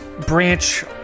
branch